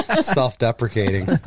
Self-deprecating